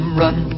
run